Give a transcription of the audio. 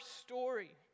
story